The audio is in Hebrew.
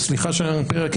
וסליחה שאני אומר אימפריה,